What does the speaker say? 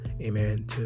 amen